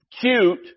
cute